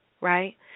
right